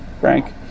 Frank